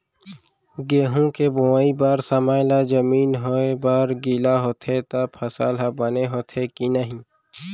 गेहूँ के बोआई बर समय ला जमीन होये बर गिला होथे त फसल ह बने होथे की नही?